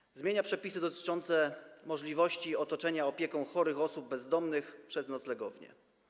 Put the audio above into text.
Projekt zmienia przepisy dotyczące możliwości otoczenia opieką chorych osób bezdomnych przez noclegownie.